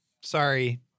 Sorry